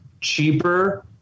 cheaper